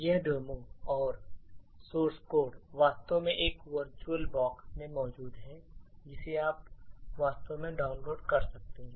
यह डेमो और source code वास्तव में एक वर्चुअलबॉक्स में मौजूद है जिसे आप वास्तव में डाउनलोड कर सकते हैं